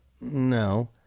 No